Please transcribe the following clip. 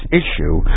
issue